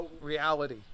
reality